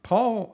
Paul